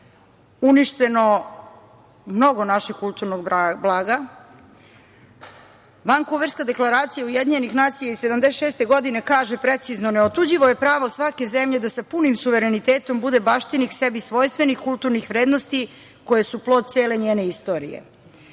uništeno mnogo našeg kulturnog blaga. Vankuverska deklaracija UN iz 1976. godine kaže precizno: „Neotuđivo je pravo svake zemlje da sa punim suverenitetom bude baštinik sebi svojstvenih kulturnih vrednosti koje su plod cele njene istorije“.